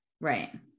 Right